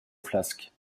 flasque